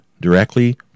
directly